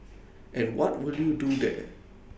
and what will you do there